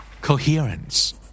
Coherence